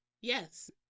Yes